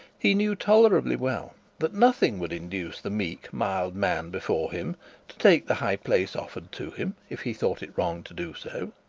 he knew tolerably well that nothing would induce the meek, mild man before him to take the high place offered to him, if he thought it wrong to do so.